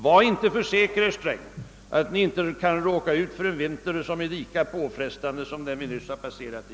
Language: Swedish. Var inte för säker herr Sträng, att vi inte kan råka ut för en vinter som är lika påfrestande som den vi har bakom oss.